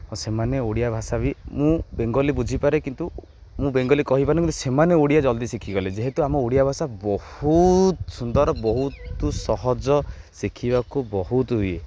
ଆଉ ସେମାନେ ଓଡ଼ିଆ ଭାଷା ବି ମୁଁ ବେଙ୍ଗଲୀ ବୁଝିପାରେ କିନ୍ତୁ ମୁଁ ବେଙ୍ଗଲୀ କହିପାରୁନି କିନ୍ତୁ ସେମାନେ ଓଡ଼ିଆ ଜଲ୍ଦି ଶିଖିଗଲେ ଯେହେତୁ ଆମ ଓଡ଼ିଆ ଭାଷା ବହୁତ ସୁନ୍ଦର ବହୁତ ସହଜ ଶିଖିବାକୁ ବହୁତ ଇଏ